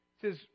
says